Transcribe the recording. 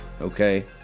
okay